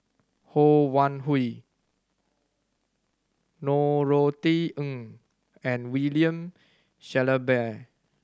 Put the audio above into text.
Ho Wan Hui Norothy Ng and William Shellabear